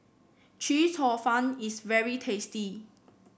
Chee Cheong Fun is very tasty